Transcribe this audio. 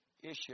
issue